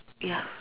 ya